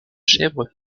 chèvre